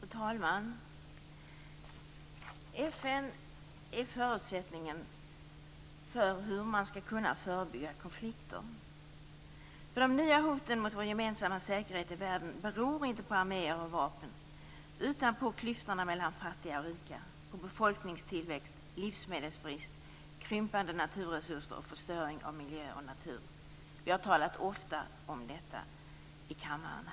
Fru talman! FN är förutsättningen för att vi skall kunna förebygga konflikter. De nya hoten mot vår gemensamma säkerhet i världen beror inte på arméer och vapen utan på klyftorna mellan fattiga och rika, befolkningstillväxt, livsmedelsbrist, krympande naturresurser och förstöring av miljö och natur. Vi har ofta talat om detta i kammaren.